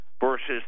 versus